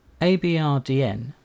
ABRDN